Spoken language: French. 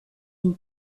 une